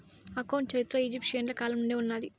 account చరిత్ర ఈజిప్షియన్ల కాలం నుండే ఉన్నాది